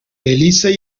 belice